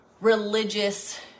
religious